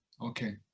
okay